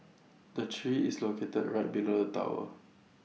the tree is located right below the tower